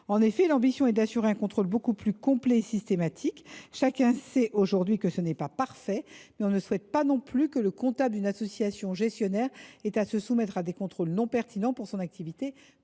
de cet article est d’assurer un contrôle beaucoup plus complet et systématique. Chacun sait que le dispositif n’est pas parfait, mais nous ne souhaitons pas non plus que le comptable d’une association gestionnaire ait à se soumettre à des contrôles non pertinents pour son activité